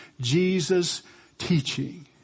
Jesus-teaching